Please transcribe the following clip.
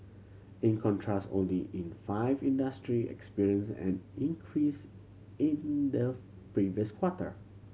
in contrast only in five industry experienced an increase in the previous quarter